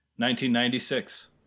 1996